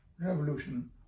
revolution